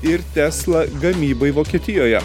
ir tesla gamybai vokietijoje